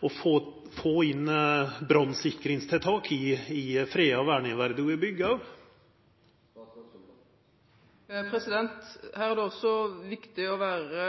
å få inn brannsikringstiltak i freda, verneverdige bygg òg? Her er det også viktig å være